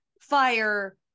fire